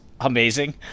amazing